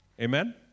Amen